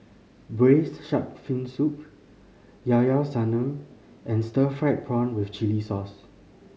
Braised Shark Fin Soup Llao Llao Sanum and stir fried prawn with chili sauce